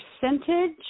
percentage